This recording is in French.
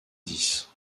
dix